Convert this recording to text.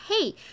hey